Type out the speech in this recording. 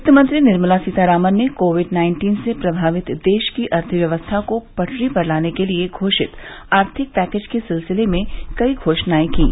वित्तमंत्री निर्मला सीतारामन ने covid nineteen से प्रभावित देश की अर्थव्यवस्था को पटरी पर लाने के लिए घोषित आर्थिक पैकेज के सिलसिले में कई घोषणाए कीं